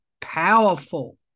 powerful